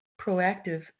proactive